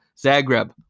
Zagreb